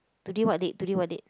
today what date today what date